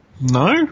no